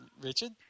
Richard